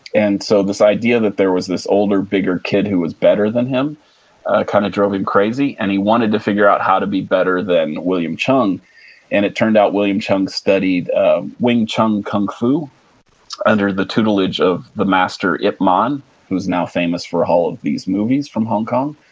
and so this idea that there was this older, bigger kid who was better than him kind of drove him crazy and he wanted to figure out how to be better than william cheung and it turned out, william cheung studied wing chun kung fu under the tutelage of the master ip man who's now famous for all of these movies from hong kong.